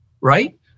right